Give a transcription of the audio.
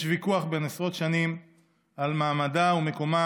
יש ויכוח של עשרות שנים על מעמדה ומקומה